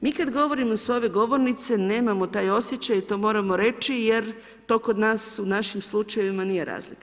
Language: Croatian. Mi kad govorimo s ove govornice, nemamo taj osjećaj i to moramo reći jer to kod nas u našim slučajevima nije razlika.